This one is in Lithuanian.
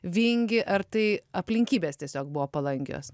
vingį ar tai aplinkybės tiesiog buvo palankios